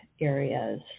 areas